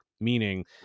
Meaning